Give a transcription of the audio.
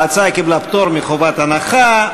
ההצעה קיבלה פטור מחובת הנחה.